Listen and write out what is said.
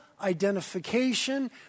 identification